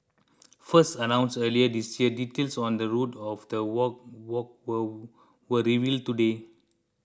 first announced earlier this year details on the route of the walk walk were were revealed today